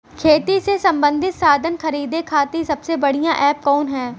खेती से सबंधित साधन खरीदे खाती सबसे बढ़ियां एप कवन ह?